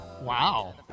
Wow